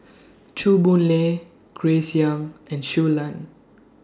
Chew Boon Lay Grace Young and Show Lan